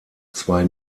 zwei